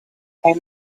came